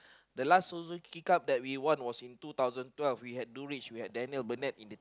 the last Suzuki-Cup that we won was in two thousand twelve we had Durich we had Daniel-Bennett in the